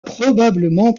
probablement